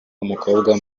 umukobwa